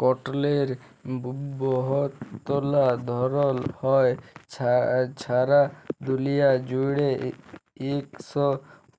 কটলের বহুতলা ধরল হ্যয়, ছারা দুলিয়া জুইড়ে ইক শ